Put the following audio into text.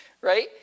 Right